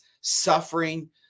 suffering